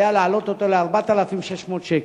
היה להעלות אותו ל-4,600 שקלים.